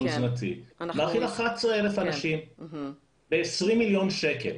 תזונתי להאכיל 11,000 אנשים ב-20,000,000 ₪,